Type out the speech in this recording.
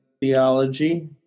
theology